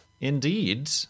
indeed